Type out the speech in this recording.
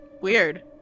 Weird